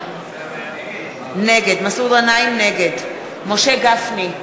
נגד משה גפני,